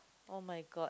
!oh-my-god!